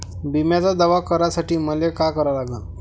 बिम्याचा दावा करा साठी मले का करा लागन?